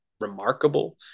remarkable